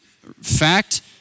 fact